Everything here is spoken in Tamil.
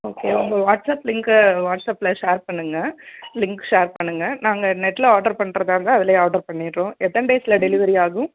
ஓகே உங்கள் வாட்ஸ்ஆப் லிங்க் வாட்ஸ்ஆப்பில் ஷேர் பண்ணுங்கள் லிங்க் ஷேர் பண்ணுங்கள் நாங்கள் நெட்டில் ஆர்டர் பண்ணுறதாருந்தா அதுலேயே ஆர்டர் பண்ணிடுறோம் எந்த டேஸில் டெலிவரி ஆகும்